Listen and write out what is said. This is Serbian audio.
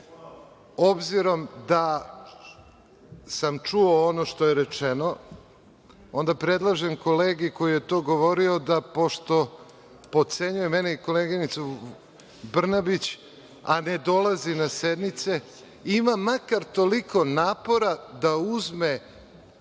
znali. Obzirom da sam čuo ono što je rečeno, onda predlažem kolegi koji je to govorio da, pošto potcenjuje mene i koleginicu Brnabić, a ne dolazi na sednice, ima makar toliko napora da uzme